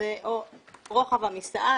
שזה או רוחב המיסעה,